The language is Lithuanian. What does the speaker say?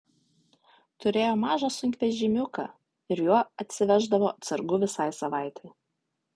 turėjo mažą sunkvežimiuką ir juo atsiveždavo atsargų visai savaitei